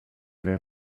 were